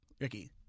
Ricky